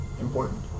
important